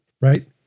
Right